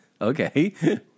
Okay